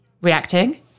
reacting